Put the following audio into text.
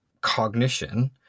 cognition